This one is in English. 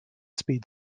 speed